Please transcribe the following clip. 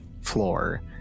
floor